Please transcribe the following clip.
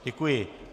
Děkuji.